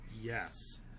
yes